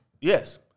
Yes